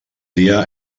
dia